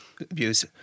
abuse